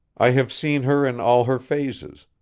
i have seen her in all her phases,